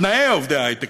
תנאי עובדי ההייטק,